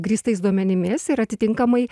grįstais duomenimis ir atitinkamai